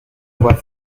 voie